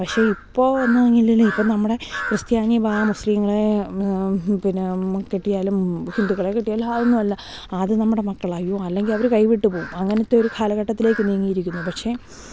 പക്ഷേ ഇപ്പോ ഒന്നുമില്ലെങ്കിലും ഇപ്പം നമ്മടെ ക്രിസ്ത്യാനി ബാ മുസ്ലിങ്ങളെ പിന്നെ കെട്ടിയാലും ഹിന്ദുക്കുകളെ കെട്ടിയാലും ആ ഒന്നുമില്ല അത് നമ്മുടെ മക്കളായി അല്ലെങ്കിൽ അവർ കൈവിട്ട് പോവും അങ്ങനത്തെ ഒരു കാലഘട്ടത്തിലേക്ക് നീങ്ങിയിരിക്കുന്നു പക്ഷെ